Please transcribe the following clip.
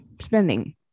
spending